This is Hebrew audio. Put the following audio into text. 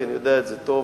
כי אני יודע את זה טוב,